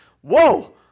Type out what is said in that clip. whoa